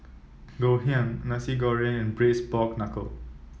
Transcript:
Ngoh Hiang Nasi Goreng and Braised Pork Knuckle